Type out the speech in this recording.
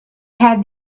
had